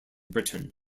britain